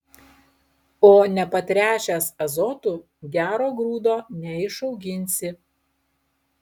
o nepatręšęs azotu gero grūdo neišauginsi